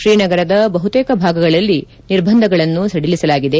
ಶ್ರೀನಗರದ ಬಹುತೇಕ ಭಾಗಗಳಲ್ಲಿ ನಿರ್ಬಂಧಗಳನ್ನು ಸಡಿಸಲಾಗಿದೆ